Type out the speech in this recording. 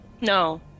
No